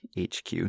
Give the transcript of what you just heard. HQ